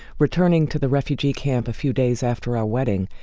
returning to the refugee camp a few days after our wedding,